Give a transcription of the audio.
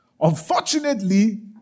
Unfortunately